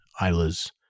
isla's